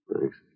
Thanks